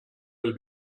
will